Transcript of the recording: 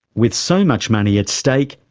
with so much money at stake,